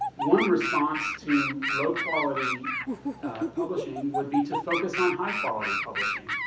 one response to low quality publishing would be to focus on high quality publishing.